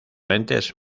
lentes